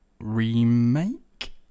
remake